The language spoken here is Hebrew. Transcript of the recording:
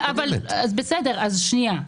בסדר, אז שנייה.